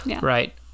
Right